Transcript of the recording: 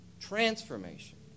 Transformation